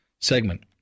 segment